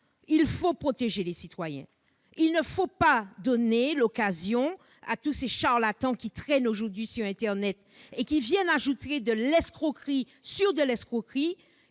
Il faut protéger les citoyens et ne pas donner à tous ces charlatans qui traînent aujourd'hui sur internet et qui viennent ajouter de l'escroquerie à l'escroquerie